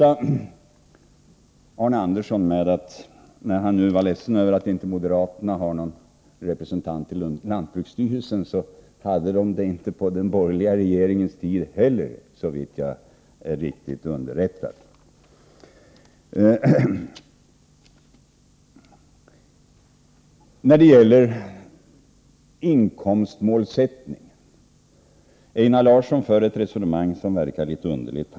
Arne Andersson i Ljung var ledsen över att moderaterna inte har någon representant i lantbruksstyrelsen. Jag kan dock trösta honom med att de inte heller hade det under den borgerliga regeringstiden, såvitt jag är riktigt underrättad. När det gäller inkomstmålsättningen för Einar Larsson ett resonemang som verkar litet underligt.